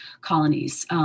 colonies